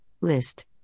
list